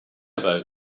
about